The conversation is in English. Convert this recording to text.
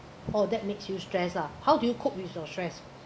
oh that makes you stress ah how do you cope with your stress